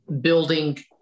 building